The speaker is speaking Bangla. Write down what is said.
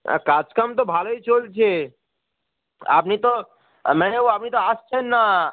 হ কাজ কাম তো ভালোই চলছে আপনি তো ম্যানেজার বাবু আপনি তো আসছেন না